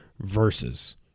Versus